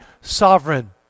sovereign